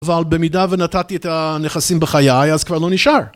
אבל במידה ונתתי את הנכסים בחיי אז כבר לא נשאר.